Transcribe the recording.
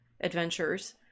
adventures